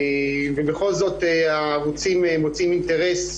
ובכל זאת, הערוצים מוצאים אינטרס,